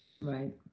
Right